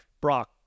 Brock